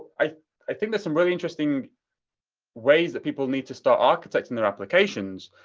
i i think there's some really interesting ways that people need to start architecting their applications.